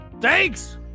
Thanks